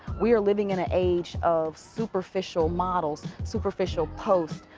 we are living in an age of superficial models, superficial posts,